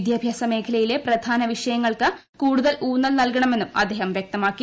വിദ്യാഭ്യാസ മേഖലയിലെ പ്രധാന വിഷയങ്ങൾക്ക് കൂടുതൽ ഊന്നൽ നൽകണമെന്നും അദ്ദേഹം വ്യക്തമാക്കി